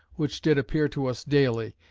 which did appear to us daily,